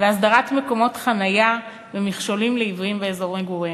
והסדרת מקומות חניה ומכשולים לעיוורים באזור מגוריהם.